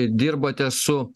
dirbate su